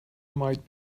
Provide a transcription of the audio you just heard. might